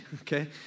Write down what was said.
okay